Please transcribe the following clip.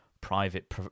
private